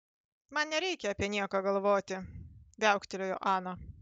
man nereikia apie nieką galvoti viauktelėjo ana